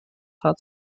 hat